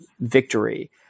victory